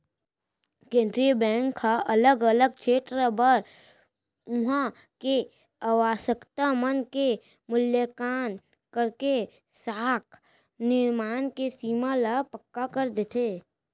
केंद्रीय बेंक ह अलग अलग छेत्र बर उहाँ के आवासकता मन के मुल्याकंन करके साख निरमान के सीमा ल पक्का कर देथे